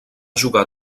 jugar